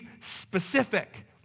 specific